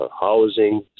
housing